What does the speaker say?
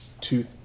two